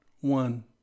one